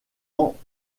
ans